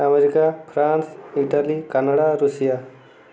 America France Italy Canada Russia